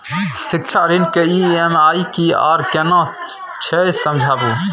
शिक्षा ऋण के ई.एम.आई की आर केना छै समझाबू?